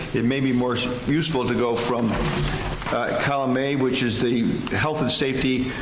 it may be more so useful to go from column a which is the health and safety,